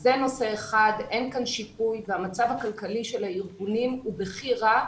זה נושא אחד שאין בו שיפוי והמצב הכלכלי של הארגונים הוא בכי רע,